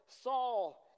Saul